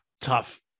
tough